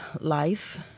life